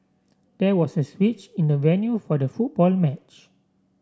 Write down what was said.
there was a switch in the venue for the football match